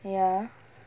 ya